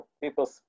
people